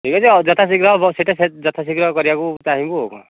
ଠିକ ଅଛି ଯଥା ଶୀଘ୍ର ହେବ ସେଟା ସେ ଯଥା ଶୀଘ୍ର କରିବାକୁ ଚାହିଁବୁ ଆଉ କ'ଣ